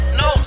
no